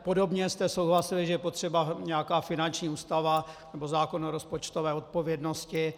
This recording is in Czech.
Podobně jste souhlasili, že je potřeba nějaká finanční ústava nebo zákon o rozpočtové odpovědnosti.